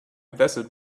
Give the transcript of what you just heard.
desert